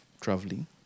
traveling